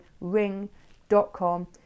ring.com